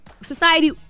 society